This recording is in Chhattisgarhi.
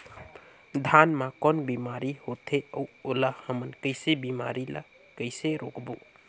धान मा कौन बीमारी होथे अउ ओला हमन कइसे बीमारी ला कइसे रोकबो?